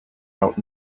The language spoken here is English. out